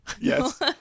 Yes